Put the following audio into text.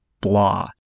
blah